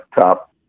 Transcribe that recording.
top